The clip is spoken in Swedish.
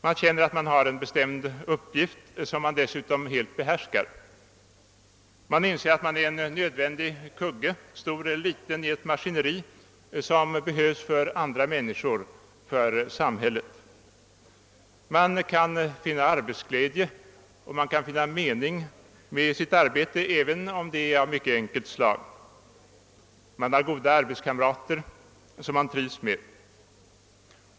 Man känner att man har en bestämd uppgift som man dessutom helt behärskar. Man inser att man är en nödvändig kugge, stor eller liten, i ett maskineri som behövs för andra människor, för samhället. Man kan finna arbetsglädje och mening med sitt arbete även om det är av mycket enkelt slag. Man har kanske goda ar betskamrater som man trivs med.